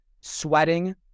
Sweating